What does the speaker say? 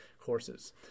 courses